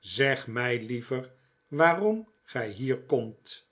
zeg mij liever waarom gij hier komt